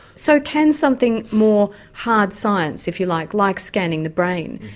so can something more hard science if you like, like scanning the brain,